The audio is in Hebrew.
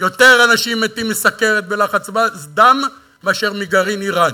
יותר אנשים מתים מסוכרת ולחץ דם מאשר מגרעין איראני.